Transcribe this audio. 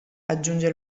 aggiunge